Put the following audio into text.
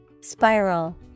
Spiral